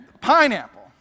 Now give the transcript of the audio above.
Pineapple